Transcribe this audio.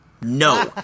No